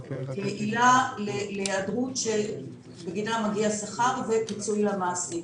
כעילה להיעדרות שבגינה מגיע שכר ופיצוי למעסיק.